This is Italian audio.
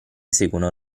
seguono